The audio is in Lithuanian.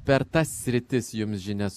per tas sritis jums žinias